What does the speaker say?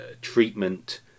treatment